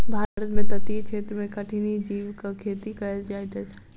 भारत में तटीय क्षेत्र में कठिनी जीवक खेती कयल जाइत अछि